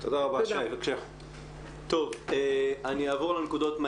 אני אעבור על הנקודות.